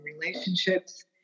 relationships